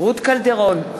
רות קלדרון,